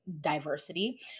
diversity